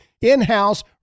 in-house